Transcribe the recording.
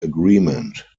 agreement